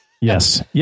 Yes